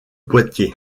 poitiers